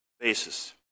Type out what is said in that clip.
basis